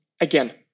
again